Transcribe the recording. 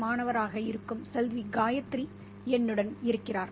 மாணவராக இருக்கும் செல்வி காயத்ரி என்னுடன் இருக்கிறார்